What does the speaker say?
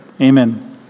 Amen